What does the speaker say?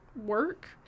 work